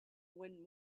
when